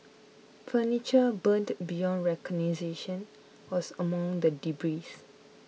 furniture burned beyond recognition was among the debris